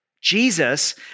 Jesus